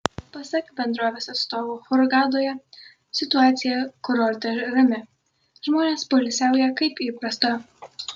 pasak bendrovės atstovų hurgadoje situacija kurorte rami žmonės poilsiauja kaip įprasta